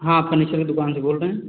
हाँ फर्निचर की दुकान से बोल रहे हैं